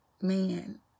Man